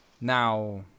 now